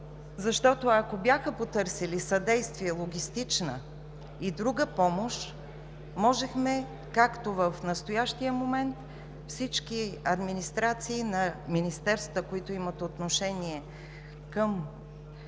водоема. Ако бяха потърсили съдействие за логистична и друга помощ, можехме, както в настоящия момент, всички администрации на министерствата, които имат отношение към